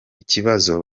ikibazo